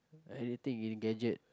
anything in gadget